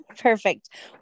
Perfect